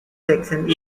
section